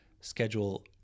schedule